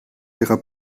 ihrer